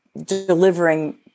delivering